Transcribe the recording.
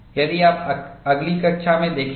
यही आप अगली कक्षा में देखेंगे